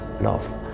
love